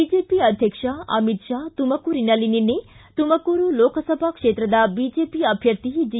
BJP ಅಧ್ಯಕ್ಷ ಅಮಿತ್ ಷಾ ತುಮಕೂರಿನಲ್ಲಿ ನಿನ್ನೆ ತುಮಕೂರು ಲೋಕಸಭಾ ಕ್ಷೇತ್ರದ ಬಿಜೆಪಿ ಅಧ್ಯರ್ಥಿ ಜಿ